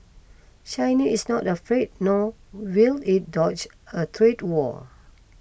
China is not afraid nor will it dodge a trade war